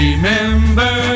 Remember